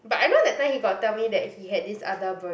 but I know that time he got tell me that he had this other barista job